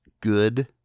good